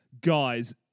guys